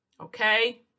Okay